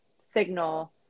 signal